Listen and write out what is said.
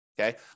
okay